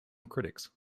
critics